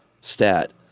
stat